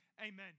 Amen